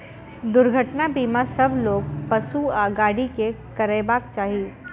दुर्घटना बीमा सभ लोक, पशु आ गाड़ी के करयबाक चाही